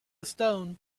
stone